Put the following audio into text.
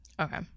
Okay